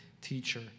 teacher